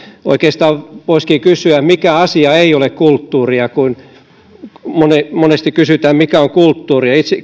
oikeastaan voisikin kysyä mikä asia ei ole kulttuuria kun monesti kysytään mikä on kulttuuria itse